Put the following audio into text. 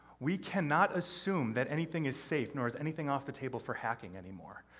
we cannot assume that anything is safe, nor is anything off the table for hacking anymore.